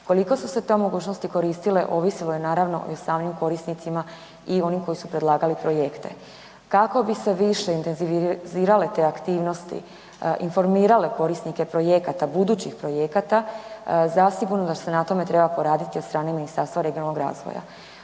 Koliko su se te mogućnosti koristile ovisilo je naravno i o samim korisnicama i onim koji su predlagali projekte. Kako bi se više intenzivirale te aktivnosti, informirale korisnike projekata, budućih projekata, zasigurno se na tome treba poraditi od strane Ministarstva regionalnog razvoja.